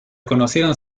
conocieron